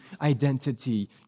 identity